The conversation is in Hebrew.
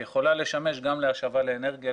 היא יכולה לשמש לדוגמה גם להשבה לאנרגיה.